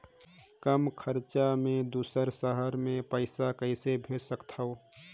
कम खरचा मे दुसर शहर मे पईसा कइसे भेज सकथव?